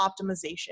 optimization